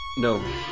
No